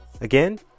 Again